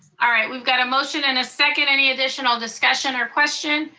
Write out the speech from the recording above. all right, we've got a motion and a second. any additional discussion or question?